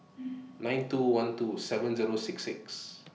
nine two one two seven Zero six six